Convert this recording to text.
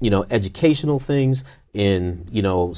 you know educational things in you know